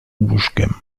łóżkiem